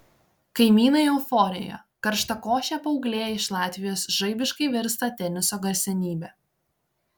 kaimynai euforijoje karštakošė paauglė iš latvijos žaibiškai virsta teniso garsenybe